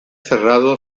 cerrado